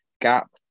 gap